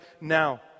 now